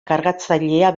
kargatzailea